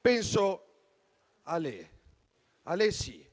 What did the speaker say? penso siano